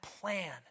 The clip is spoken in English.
plan